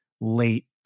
late